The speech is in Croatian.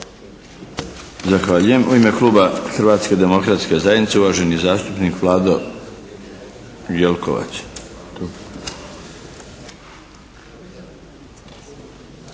Zahvaljujem. U ime kluba Hrvatske demokratske zajednice, uvaženi zastupnik Vlado Jelkovac.